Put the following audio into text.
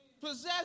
possess